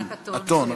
הטון.